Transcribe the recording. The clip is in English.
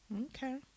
Okay